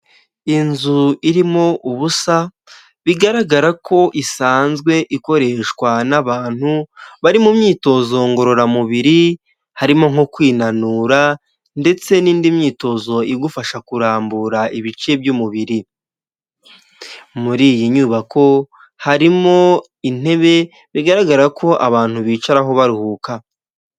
Inzu irimo ubusa bigaragara ko isanzwe ikoreshwa n'abantu bari mu myitozo ngororamubiri, harimo nko kwinanura ndetse nindi myitozo igufasha kurambura ibice by'umubiri, muri iyi nyubako harimo intebe bigaragara ko abantu bicaraho baruhuka.